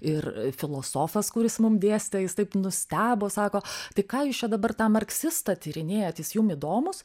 ir filosofas kuris mum dėstė jis taip nustebo sako tai ką jūs čia dabar tą marksistą tyrinėjat jis jum įdomus